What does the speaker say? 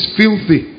filthy